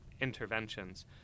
interventions